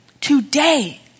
Today